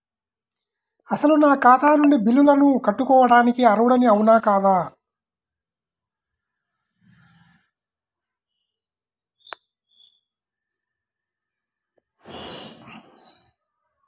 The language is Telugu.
అసలు నా ఖాతా నుండి బిల్లులను కట్టుకోవటానికి అర్హుడని అవునా కాదా?